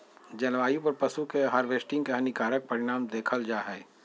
जलवायु पर पशु के हार्वेस्टिंग के हानिकारक परिणाम देखल जा हइ